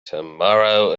tomorrow